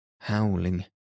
howling